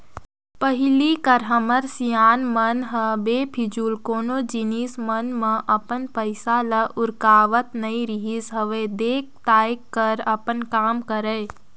पहिली कर हमर सियान मन ह बेफिजूल कोनो जिनिस मन म अपन पइसा ल उरकावत नइ रिहिस हवय देख ताएक कर अपन काम करय